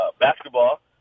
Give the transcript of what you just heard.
basketball